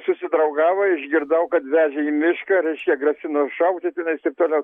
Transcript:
susidraugavo išgirdau kad vežė į mišką reiškia grasino ir šauti tenais taip toliau